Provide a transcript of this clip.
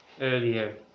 earlier